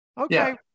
okay